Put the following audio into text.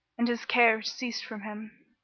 and his care ceased from him.